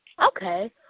Okay